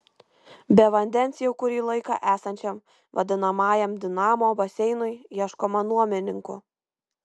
be vandens jau kurį laiką esančiam vadinamajam dinamo baseinui ieškoma nuomininkų